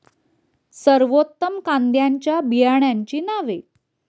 सर्वोत्तम कांद्यांच्या बियाण्यांची नावे?